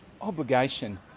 obligation